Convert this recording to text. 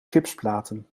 gipsplaten